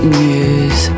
news